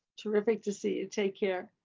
terrific to see you. take care?